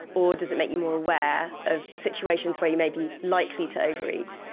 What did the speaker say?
or does it make you more aware of situations where you maybe likely to overeat.